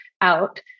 out